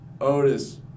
Otis